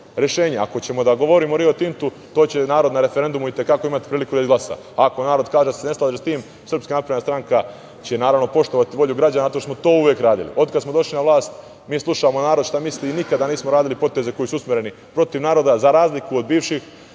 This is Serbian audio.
Ako ćemo da govorimo o "Rio Tintu", to će narod na referendumu i te kako imati prilike da izglasa. Ako narod kaže da se ne slaže sa tim, SNS će poštovati volju građana zato što smo to uvek radili. Od kad smo došli na vlast mi slušamo narod šta misli i nikada nismo radili poteze koji su usmereni protiv naroda, za razliku od bivših